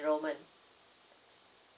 enrollment